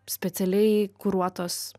specialiai kuruotos